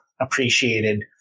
appreciated